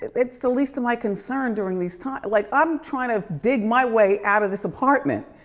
it's the least of my concern during these times, like i'm trying to dig my way out of this apartment,